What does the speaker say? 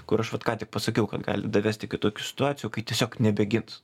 kur aš vat ką tik pasakiau kad gali davest iki tokių situacijų kai tiesiog nebegins